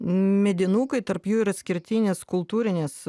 medinukai tarp jų ir atskirtinės kultūrinės